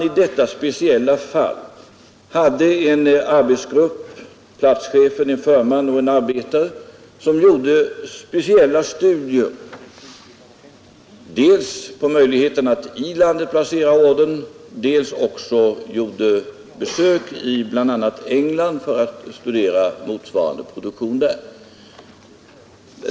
I detta speciella fall tillsatte LKAB emellertid en arbetsgrupp bestående av platschefen, en förman och en arbetare som dels gjorde särskilda studier av möjligheten att i landet placera ordern, dels gjorde besök i bl.a. England för att studera motsvarande produktion där.